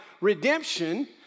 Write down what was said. redemption